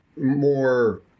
more